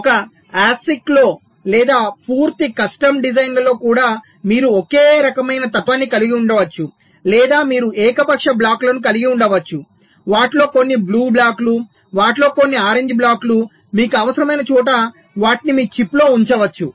ఒక ASIC లో లేదా పూర్తి కస్టమ్ డిజైన్లో కూడా మీరు ఒకే రకమైన తత్వాన్ని కలిగి ఉండవచ్చు లేదా మీరు ఏకపక్ష బ్లాక్లను కలిగి ఉండవచ్చు వాటిలో కొన్ని బ్లూ బ్లాక్లు వాటిలో కొన్ని ఆరెంజ్ బ్లాక్లు మీకు అవసరమైన చోట వాటిని మీ చిప్లో ఉంచవచ్చు